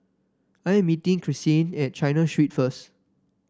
I am meeting Karsyn at China Street first